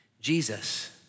Jesus